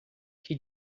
que